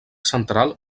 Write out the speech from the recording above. central